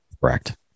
Correct